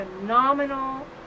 phenomenal